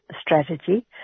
strategy